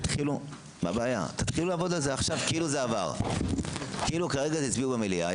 תתחילו לעבוד על זה עכשיו כאילו כרגע הצביעו במליאה.